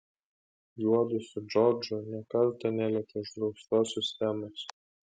juodu su džordžu nė karto nelietė uždraustosios temos